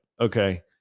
okay